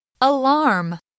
Alarm